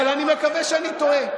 אבל אני מקווה שאני טועה.